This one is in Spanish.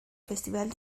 festival